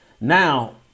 Now